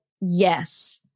yes